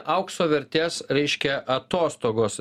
aukso vertės reiškia atostogos